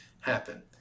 happen